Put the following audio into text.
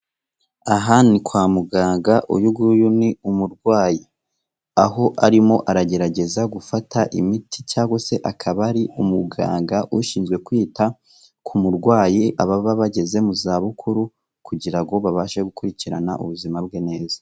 Aha ni kwa muganga, uyu nguyu ni umurwayi, aho arimo aragerageza gufata imiti cyangwa se akaba ari umuganga ushinzwe kwita ku murwayi, ababa bageze mu za bukuru kugira ngo babashe gukurikirana ubuzima bwe neza.